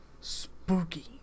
Spooky